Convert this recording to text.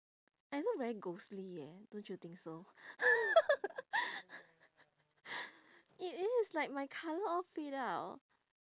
I look very ghostly eh don't you think so it is like my colour all fade out